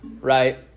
right